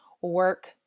work